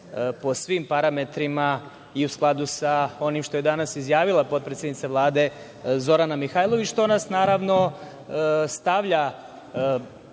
po svim parametrima i u skladu sa onim što je danas izjavila potpredsednica Vlade Zorana Mihajlović, što nas naravno stavlja